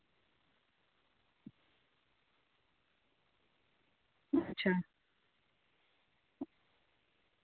अच्छा